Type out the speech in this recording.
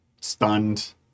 stunned